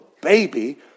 baby